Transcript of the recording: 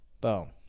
boom